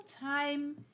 time